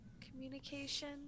communication